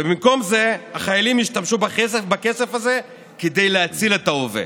ובמקום זה החיילים ישתמשו בכסף הזה כדי להציל את ההווה.